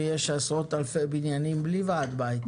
ויש עשרות אלפי בניינים בלי ועד בית.